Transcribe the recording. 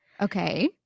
Okay